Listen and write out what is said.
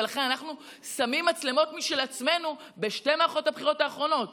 ולכן אנחנו שמים מצלמות משל עצמנו בשתי מערכות הבחירות האחרונות.